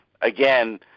again